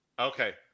Okay